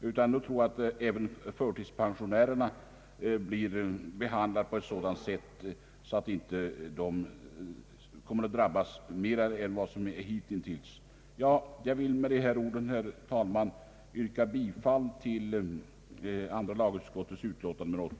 Jag tror därför inte att förtidspensionärerna kommer att drabbas hårdare än hittills. Jag vill med dessa ord, herr talman, yrka bifall till andra lagutskottets utlåtande nr 80.